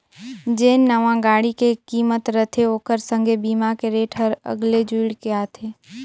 जेन नावां गाड़ी के किमत रथे ओखर संघे बीमा के रेट हर अगले जुइड़ के आथे